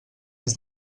ens